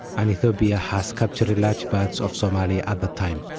and ethiopia has captured large parts of somalia at the time.